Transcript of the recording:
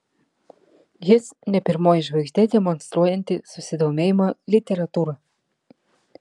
jis ne pirmoji žvaigždė demonstruojanti susidomėjimą literatūra